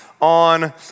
on